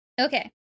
Okay